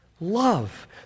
love